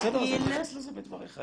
בסדר, אתה תתייחס לזה בדבריך.